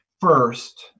First